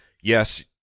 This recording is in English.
Yes